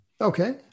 Okay